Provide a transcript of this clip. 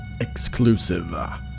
exclusive